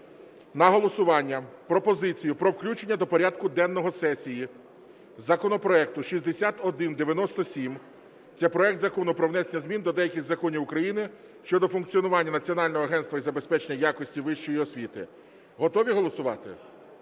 на голосування пропозицію про включення до порядку денного сесії законопроекту 6197, це проект Закону про внесення змін до деяких законів України щодо функціонування Національного агентства із забезпечення якості вищої освіти. Готові голосувати?